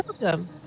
welcome